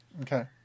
Okay